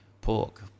pork